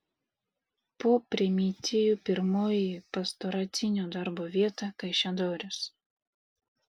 po primicijų pirmoji pastoracinio darbo vieta kaišiadorys